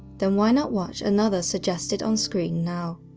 then why not watch another suggested on screen now?